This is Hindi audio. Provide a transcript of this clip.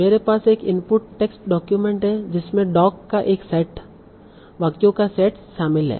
मेरे पास एक इनपुट टेक्स्ट डॉक्यूमेंट है जिसमें डोक का एक सेट वाक्यों का सेट शामिल है